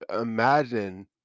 imagine